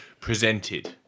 presented